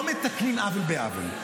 לא מתקנים עוול בעוול.